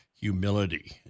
humility